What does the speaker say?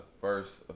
first